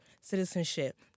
citizenship